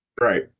right